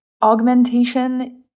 augmentation